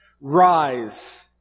Rise